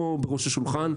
לא בראש השולחן.